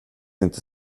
inte